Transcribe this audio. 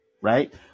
right